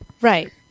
right